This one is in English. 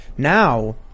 Now